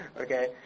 Okay